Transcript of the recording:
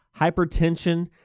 hypertension